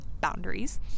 Boundaries